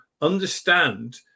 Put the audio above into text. understand